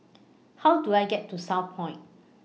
How Do I get to Southpoint